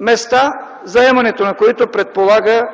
места, заемането на които предполага